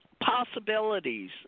possibilities